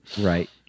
Right